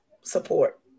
support